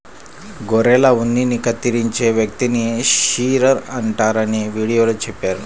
గొర్రెల ఉన్నిని కత్తిరించే వ్యక్తిని షీరర్ అంటారని వీడియోలో చెప్పారు